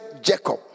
Jacob